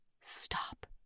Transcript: stop